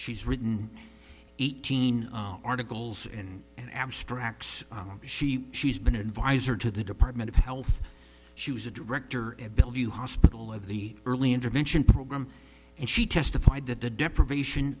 she's written eighteen articles and an abstracts she she's been advisor to the department of health she was the director at bellevue hospital of the early intervention program and she testified that the deprivation